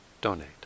donate